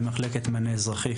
ממחלקת מענה אזרחי,